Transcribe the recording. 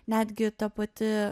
netgi ta pati